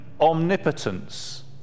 omnipotence